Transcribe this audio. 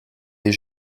les